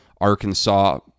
Arkansas